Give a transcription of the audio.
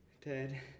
Ted